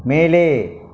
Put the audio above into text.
மேலே